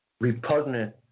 repugnant